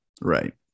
right